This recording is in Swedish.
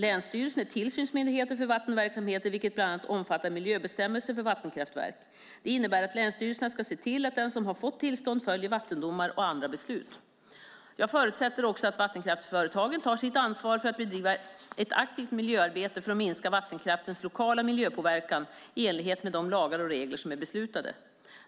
Länsstyrelsen är tillsynsmyndighet för vattenverksamheter, vilket bland annat omfattar miljöbestämmelser för vattenkraftverk. Det innebär att länsstyrelserna ska se till att den som har fått tillstånd följer vattendomar och andra beslut. Jag förutsätter också att vattenkraftsföretagen tar sitt ansvar för att bedriva ett aktivt miljöarbete för att minska vattenkraftens lokala miljöpåverkan i enlighet med de lagar och regler som är beslutade.